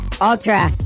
ultra